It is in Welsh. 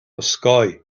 osgoi